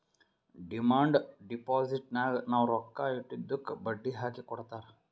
demand ಡಿಪೋಸಿಟ್ನಾಗ್ ನಾವ್ ರೊಕ್ಕಾ ಇಟ್ಟಿದ್ದುಕ್ ಬಡ್ಡಿ ಹಾಕಿ ಕೊಡ್ತಾರ್